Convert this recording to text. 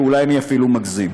ואולי אני אפילו מגזים.